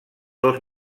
dos